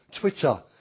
Twitter